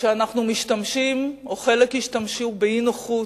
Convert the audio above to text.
כשאנחנו משתמשים, או חלק השתמשו באי-נוחות,